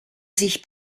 sich